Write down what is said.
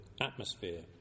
atmosphere